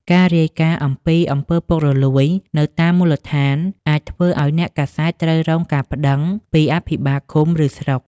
ការរាយការណ៍អំពីអំពើពុករលួយនៅតាមមូលដ្ឋាន អាចធ្វើឱ្យអ្នកកាសែតត្រូវរងការប្តឹងពីអភិបាលឃុំ ឬស្រុក។